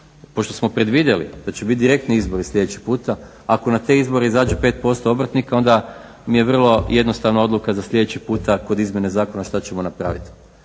pošto smo predvidjeli da će biti direktni izbori sljedeći puta, ako na te izbore izađe 5% obrtnika onda mi je vrlo jednostavna odluka za sljedeći puta kod izmjene zakona što ćemo napraviti.